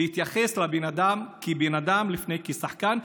להתייחס לבן אדם כבן אדם לפני כשחקן,